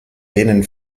denen